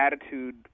attitude